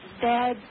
Dad